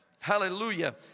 Hallelujah